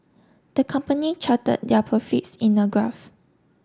the company charted their profits in a graph